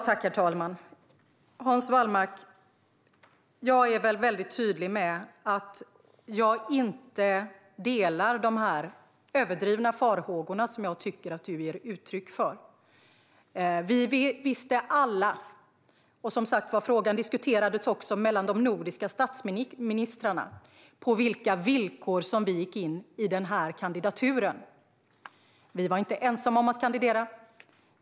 Herr talman! Jag är väldigt tydlig med att jag inte delar de överdrivna farhågor som jag tycker att du ger uttryck för, Hans Wallmark. Frågan diskuterades mellan de nordiska statsministrarna, och vi visste alla på vilka villkor vi gick in i kandidaturen. Vi var inte ensamma om att kandidera.